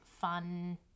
fun